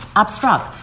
obstruct